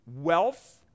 wealth